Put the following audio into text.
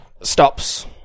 stops